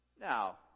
Now